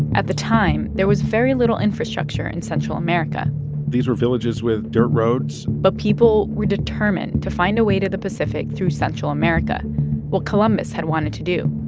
at the time, there was very little infrastructure in central america these were villages with dirt roads but people were determined to find a way to the pacific through central america what columbus had wanted to do.